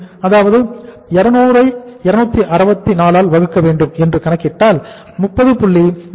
அதாவது 200264 என்று கணக்கிட்டால் 30